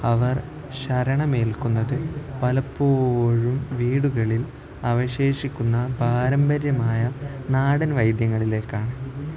അവർ ശരണം പ്രാപിക്കുന്നത് പലപ്പോഴും വീടുകളിൽ അവശേഷിക്കുന്ന പാരമ്പര്യമായ നാടൻ വൈദ്യങ്ങളിലാണ്